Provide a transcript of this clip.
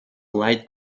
light